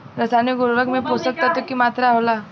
रसायनिक उर्वरक में पोषक तत्व की मात्रा होला?